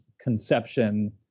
conception